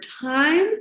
time